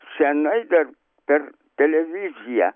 senai dar per televiziją